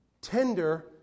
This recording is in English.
tender